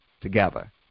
together